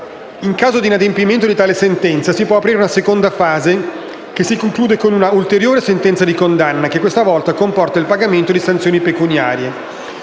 In caso di inadempimento di tale sentenza si può aprire una seconda fase (*ex* articolo 260 del TFUE), che si conclude con un'ulteriore sentenza di condanna, che questa volta comporta il pagamento di sanzioni pecuniarie.